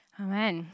Amen